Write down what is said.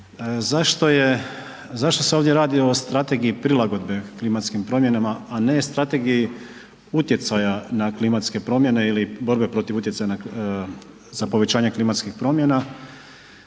zašto se ovdje radi o strategiji prilagodbe klimatskim promjenama, a ne strategiji utjecaja na klimatske promjene ili borbe protiv utjecaja za povećanje klimatskih promjena